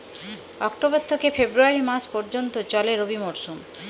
October থেকে February মাস পর্যন্ত চলে রবি মরসুম